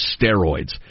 steroids